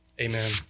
Amen